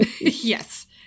Yes